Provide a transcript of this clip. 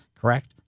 Correct